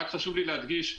רק חשוב לי להדגיש,